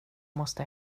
måste